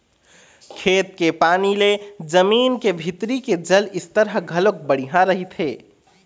खेत के पानी ले जमीन के भीतरी के जल स्तर ह घलोक बड़िहा रहिथे